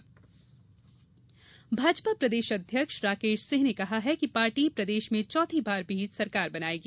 प्रदेश अध्यक्ष भाजपा प्रदेश अध्यक्ष राकेश सिंह ने कहा है कि पार्टी प्रदेश में चौथी बार भी सरकार बनायेगी